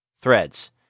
Threads